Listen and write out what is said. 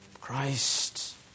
Christ